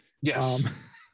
Yes